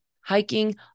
hiking